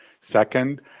Second